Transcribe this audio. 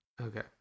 Okay